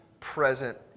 present